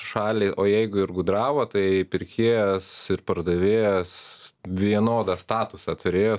šaliai o jeigu ir gudravo tai pirkėjas ir pardavėjas vienodą statusą turėjo